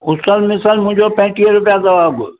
उसल मिसल मुंहिंजो पंजटीह रुपया अथव अघु